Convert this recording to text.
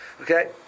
Okay